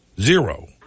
zero